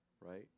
right